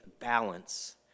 Balance